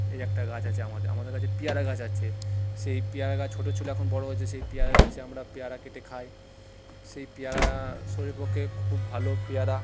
এই একটা গাছ আছে আমাদের কাছে আমাদের কাছে পেয়ারা গাছ আছে সেই পেয়ারা গাছ ছোটো ছিলো এখন বড়ো হয়েছে সেই পেয়ারা গাছে আমরা পেয়ারা কেটে খাই সেই পেয়ারা শরীরের পক্ষে খুব ভালো পেয়ারা